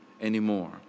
anymore